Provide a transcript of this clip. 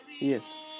Yes